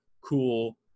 cool